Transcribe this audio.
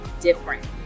different